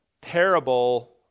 parable